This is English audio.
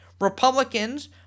Republicans